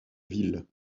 ville